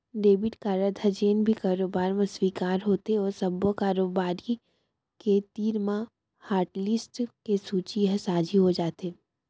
debit card ह जेन भी कारोबार म स्वीकार होथे ओ सब्बो कारोबारी के तीर म हाटलिस्ट के सूची ह साझी हो जाथे